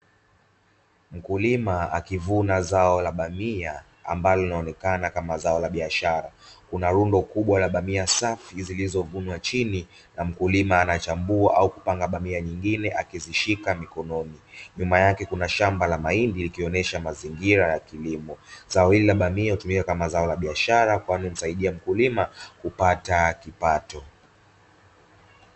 Mkulima akivuna zao la bamia ambalo linaonekana kama zao la biashara, kuna rundo kubwa la bamia safi zilizovunwa chini na mkulima anachambua au kupanga bamia, nyingine akizishika mkononi nyuma yake kuna shamba la mahindi likionesha mazingira ya kilimo zao hili la bamia hutumika kama zao la biashara kwani humsaidia mkulima kupata kipato.